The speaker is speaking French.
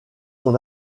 son